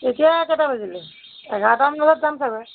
এতিয়া কেইটা বাজিলে এঘাৰটামান বজাত যাম চাগৈ